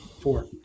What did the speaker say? Four